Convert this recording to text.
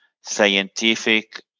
scientific